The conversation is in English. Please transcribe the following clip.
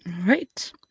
right